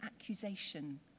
accusation